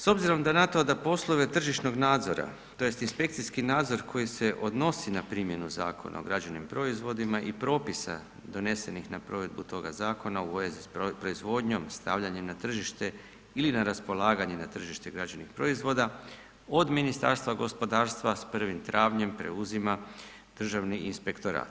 S obzirom na to da poslove tržišnog nadzora tj. inspekcijski nadzor koji se odnosi na primjenu Zakona o građevnim proizvodima i propisa donesenih na provedbu toga zakona u vezi s proizvodnjom, stavljanje na tržište ili na raspolaganje na tržište građevnih proizvoda od Ministarstva gospodarstva s 1. travnjem preuzima Državni inspektorat.